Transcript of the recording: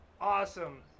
awesome